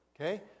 Okay